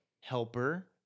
helper